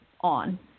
on